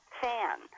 fan